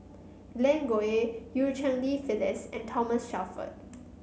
Glen Goei Eu Cheng Li Phyllis and Thomas Shelford